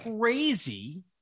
crazy